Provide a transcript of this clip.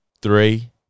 Three